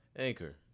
Anchor